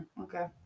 Okay